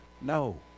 No